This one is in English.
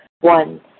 One